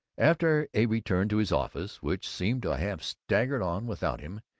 after a return to his office, which seemed to have staggered on without him,